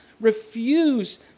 refuse